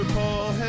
Paul